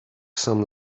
some